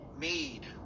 made